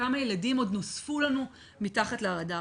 כמה ילדים עוד נוספו לנו מתחת לרדאר.